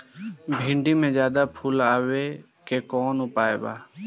भिन्डी में ज्यादा फुल आवे के कौन उपाय बा?